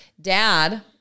dad